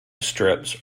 strips